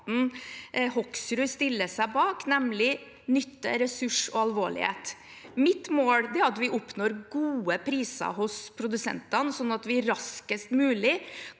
Hoksrud stiller seg bak, nemlig nytte, ressursbruk og alvorlighet. Mitt mål er at vi oppnår gode priser hos produsentene, slik at vi raskest mulig